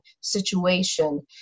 situation